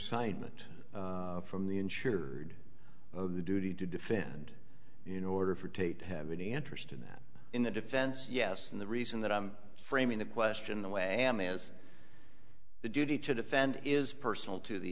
assignment from the insured the duty to defend you no order for tate have any interest in that in the defense yes and the reason that i'm framing the question the way i am is the duty to defend is personal to the